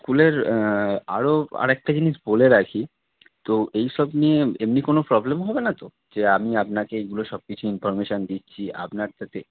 স্কুলের আরো আর একটা জিনিস বলে রাখি তো এ ই সব নিয়ে এমনি কোনো প্রবলেম হবে না তো যে আমি আপনাকে এইগুলো সব কিছু ইনফরমেশান দিচ্ছি আপনার তাতে